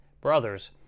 Brothers